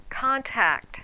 contact